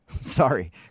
Sorry